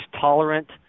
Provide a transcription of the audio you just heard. tolerant